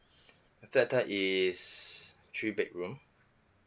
that that is three bedroom